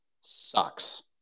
sucks